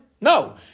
No